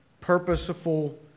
purposeful